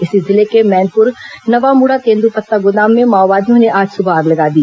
इसी जिले के मैनपुर नवामुड़ा तेंदूपत्ता गोदाम में माओवादियों ने आज सुबह आग लगा दी